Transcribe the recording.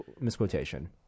misquotation